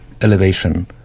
elevation